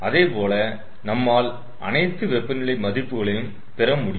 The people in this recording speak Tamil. அதேபோல நம்மால் அனைத்து வெப்பநிலை மதிப்புகளையும் பெற முடியும்